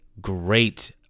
great